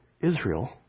Israel